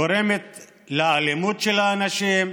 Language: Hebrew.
גורם לאלימות אצל האנשים,